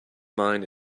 mine